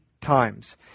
times